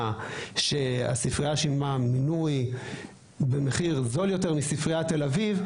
שהספרייה שילמה מינוי במחיר זול יותר מספריית תל-אביב,